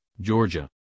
georgia